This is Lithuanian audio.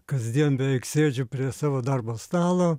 kasdien beveik sėdžiu prie savo darbo stalo